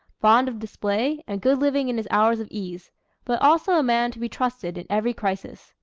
fond of display and good living in his hours of ease but also a man to be trusted in every crisis,